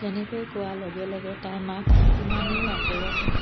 তেনেকৈ কোৱাৰ লগে লগে তাইৰ মাক যিমানেই আঁতৰত নাথাকক